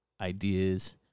ideas